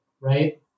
Right